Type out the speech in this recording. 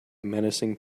menacing